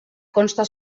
consta